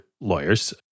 lawyers